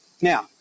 Now